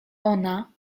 ona